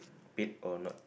paid or not